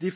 de